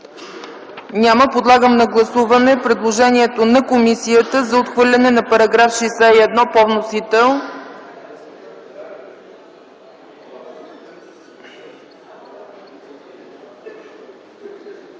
Няма. Подлагам на гласуване предложението на комисията за отхвърляне на § 61 по вносител.